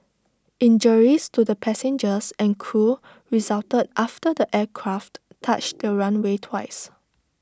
injuries to the passengers and crew resulted after the aircraft touched the runway twice